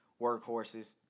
workhorses